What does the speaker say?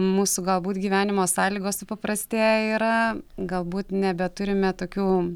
mūsų galbūt gyvenimo sąlygos supaprastėję yra galbūt nebeturime tokių